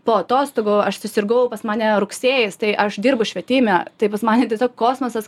po atostogų aš susirgau pas mane rugsėjis tai aš dirbu švietime tai pas mane tiesiog kosmosas